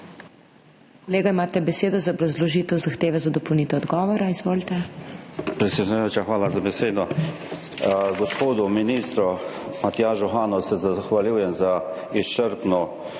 hvala za besedo.